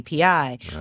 API